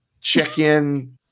check-in